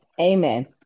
Amen